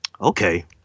Okay